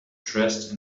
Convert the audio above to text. dressed